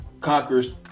conquers